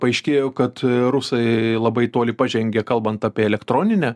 paaiškėjo kad rusai labai toli pažengė kalbant apie elektroninę